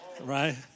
Right